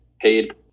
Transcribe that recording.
paid